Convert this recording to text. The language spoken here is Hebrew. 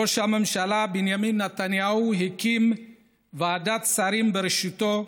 ראש הממשלה בנימין נתניהו הקים ועדת שרים בראשותו,